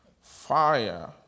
fire